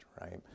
right